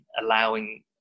allowing